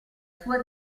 sua